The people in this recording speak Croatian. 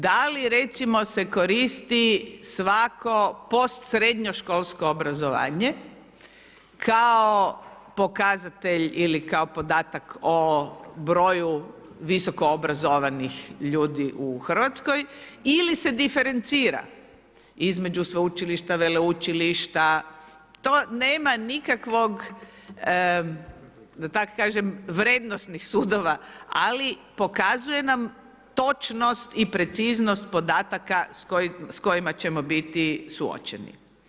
Da li recimo se koristi svako postsrednjoškolsko obrazovanje kao pokazatelj ili kao podatak o broju visoko obrazovanih ljudi u Hrvatskoj ili se diferencira između sveučilišta, veleučilišta, to nema nikakvog da tako kažem, vrednosnih sudova ali pokazuje nam točnost i preciznost podataka s kojima ćemo biti suočeni.